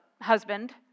husband